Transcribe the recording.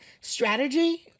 strategy